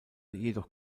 jedoch